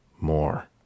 more